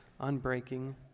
unbreaking